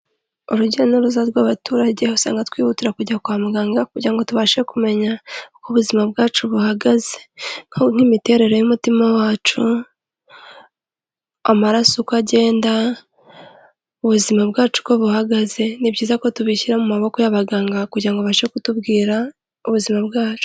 Urujya n'uruza rw'abaturage usanga twihutira kujya kwa muganga kugira ngo tubashe kumenya uko ubuzima bwacu buhagaze nk'imiterere y'umutima wacu, amaraso uko agenda, ubuzima bwacu uko buhagaze ni byiza ko tubishyira mu maboko y'abaganga kugira ngo babashe kutubwira ubuzima bwacu.